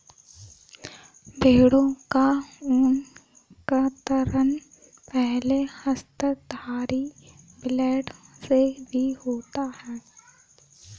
भेड़ों का ऊन कतरन पहले हस्तधारी ब्लेड से भी होता है